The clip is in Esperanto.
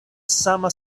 sama